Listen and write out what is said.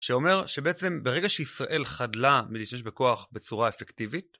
שאומר שבעצם ברגע שישראל חדלה מלהשתמש בכוח בצורה אפקטיבית